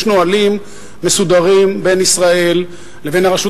יש נהלים מסודרים בין ישראל לבין הרשות